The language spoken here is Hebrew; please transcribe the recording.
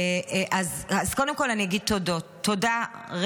אז קודם כול אני אגיד תודות: תודה,